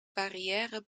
barrière